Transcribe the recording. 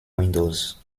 windows